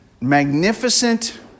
magnificent